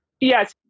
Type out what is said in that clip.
Yes